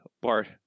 Bart